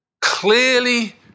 clearly